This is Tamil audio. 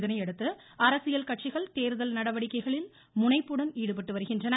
இதனையடுத்து அரசியல் கட்சிகள் தேர்தல் நடவடிக்கைகளில் முனைப்புடன் ஈடுபட்டு வருகின்றன